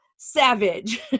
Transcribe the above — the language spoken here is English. savage